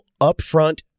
upfront